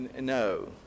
No